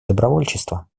добровольчества